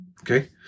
okay